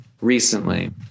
recently